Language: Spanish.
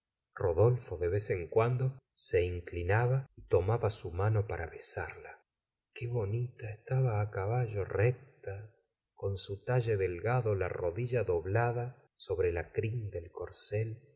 rodolfo de vez en cuando se inclinaba y tomaba su mano para besarla qué bonita estaba la caballo recta con su talle delgado la rodilla doblada sobre la crin del corcel